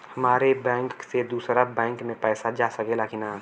हमारे बैंक से दूसरा बैंक में पैसा जा सकेला की ना?